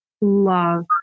Love